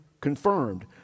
confirmed